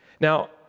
now